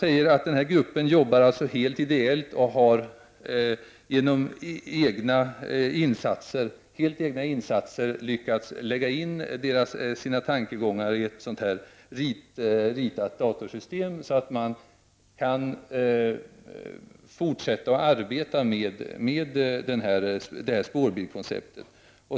Denna grupp arbetar helt ideellt och har genom egna insatser lyckats lägga in sina tankegångar i ett sådant här ritat datasystem, som syns på nästa bild, så att man kan fortsätta att arbeta med detta spårbilkoncept.